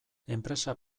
enpresa